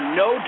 no